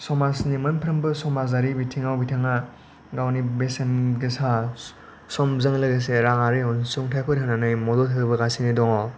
समाजनि मोनफ्रोमबो समाजारि बिथिङाव बिथाङा गावनि बेसेन गोसा समजों लोगोसे राङारि अनसुंथाइफोर होनानै मदद होबोगासिनो दङ'